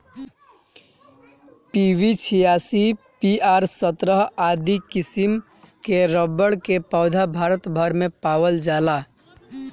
PB छियासी, PR सत्रह आदि किसिम कअ रबड़ कअ पौधा भारत भर में पावल जाला